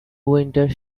winter